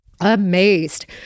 amazed